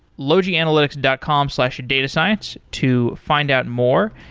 logianalytics dot com slash datascience to find out more,